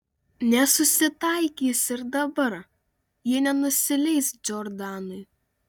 nesusitaikys ir dabar ji nenusileis džordanui